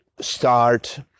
start